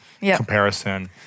comparison